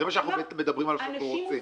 שזה מה שאנחנו מדברים שאנחנו רוצים.